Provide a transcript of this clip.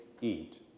eat